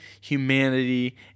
humanity